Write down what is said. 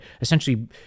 essentially